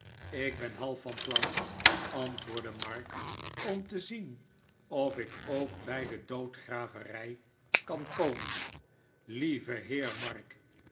ik ben half van plan antwoordde mark om te zien of ik ook bij de doodgraverij kan komen lieve heer mark